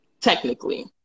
Technically